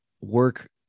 work